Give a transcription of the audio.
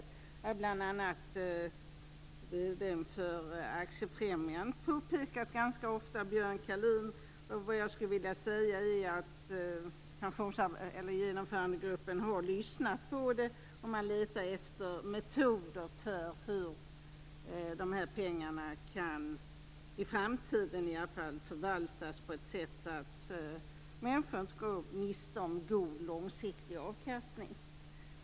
Det har bl.a. vd:n för Aktiefrämjandet Björn Kalin påpekat ganska ofta. Vad jag skulle vilja säga är att genomförandegruppen har lyssnat på det. Man letar efter metoder för hur dessa pengar i alla fall i framtiden kan förvaltas på ett sätt så att människor inte går miste om god långsiktig avkastning.